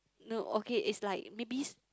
no okay is like maybe